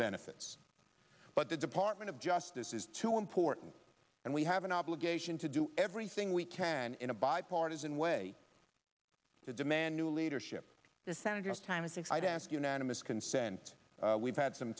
benefits but the department of justice is too important and we have an obligation to do everything we can in a bipartisan way day to demand new leadership is senator time is if i'd ask unanimous consent we've had some